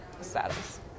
status